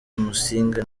musinga